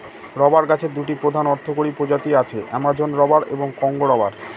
rubber গাছের দুটি প্রধান অর্থকরী প্রজাতি আছে, অ্যামাজন রবার এবং কংগো রবার